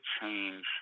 change